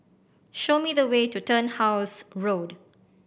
show me the way to Turnhouse Road